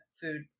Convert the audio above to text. food